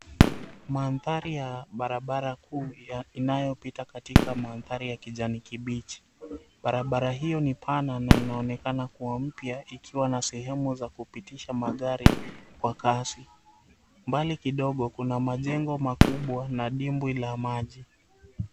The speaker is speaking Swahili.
Maandhari ya barabara kuu inayopita katika maandhari ya kijani kibichi. Barabara hii ni pana na inaonekana kuwa mpya ikiwa na sehemu za kupitisha magari kwa kasi, mbali kidogo kuna majengo makubwa na dimbwi la maji.